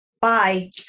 bye